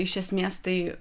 iš esmės tai